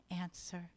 answer